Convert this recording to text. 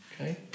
Okay